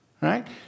Right